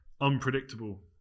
unpredictable